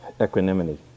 equanimity